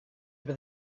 were